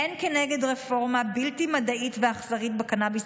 הן כנגד רפורמה בלתי מדעית ואכזרית בקנביס